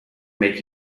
make